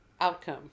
outcome